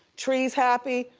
tree's happy,